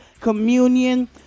communion